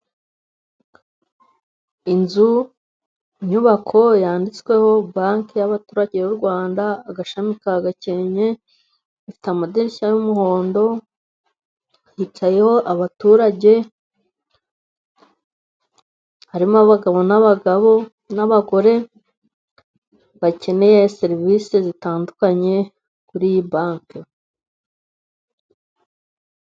Inzu, inyubako yanditsweho banki y'abaturage b'u Rwanda, agashami ka Gakenke ifite amadirishya y'umuhondo, hicayeho abaturage, harimo abagabo n'abagore bakeneye serivisi zitandukanye, kuri iyi banki.